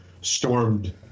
stormed